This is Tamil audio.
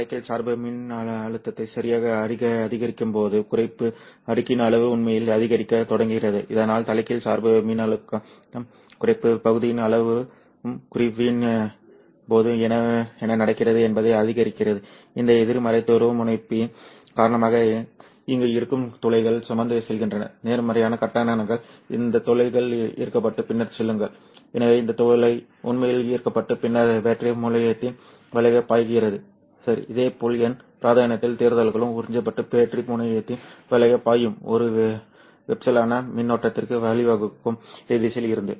நீங்கள் தலைகீழ் சார்பு மின்னழுத்தத்தை சரியாக அதிகரிக்கும்போது குறைப்பு அடுக்கின் அளவு உண்மையில் அதிகரிக்கத் தொடங்குகிறது இதனால் தலைகீழ் சார்பு மின்னழுத்தம் குறைப்பு பகுதியின் அளவும் குறைவின் போது என்ன நடக்கிறது என்பதை அதிகரிக்கிறது இந்த எதிர்மறை துருவமுனைப்பின் காரணமாக இங்கு இருக்கும் துளைகள் சுமந்து செல்கின்றன நேர்மறையான கட்டணங்கள் இந்த துளைகள் ஈர்க்கப்பட்டு பின்னர் செல்லுங்கள் எனவே இந்த துளை உண்மையில் ஈர்க்கப்பட்டு பின்னர் பேட்டரி முனையத்தின் வழியாக பாய்கிறது சரி இதேபோல் n பிராந்தியத்தில் தேர்தல்களும் உறிஞ்சப்பட்டு பேட்டரி முனையத்தின் வழியாக பாயும் ஒரு வெப்பச்சலன மின்னோட்டத்திற்கு வழிவகுக்கும் இந்த திசையில் இருந்து